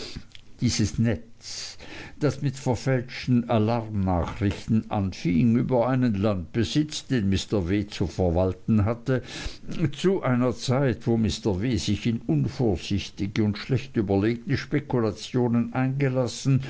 dieses netz das mit verfälschten alarmnachrichten anfing über einen landbesitz den mr w zu verwalten hatte zu einer zeit wo mr w sich in unvorsichtige und schlecht überlegte spekulationen eingelassen